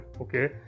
okay